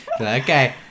Okay